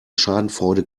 schadenfreude